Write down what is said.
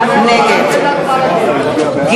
(קוראת בשמות חברי הכנסת) אילן גילאון,